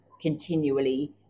continually